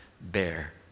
bear